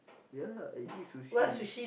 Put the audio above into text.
ya I eat sushi